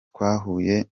twahuye